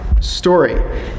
story